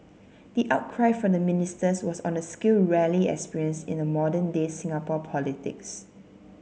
the outcry from the ministers was on a scale rarely experience in modern day Singapore politics